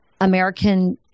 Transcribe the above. American